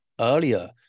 earlier